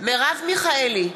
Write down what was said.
מרב מיכאלי,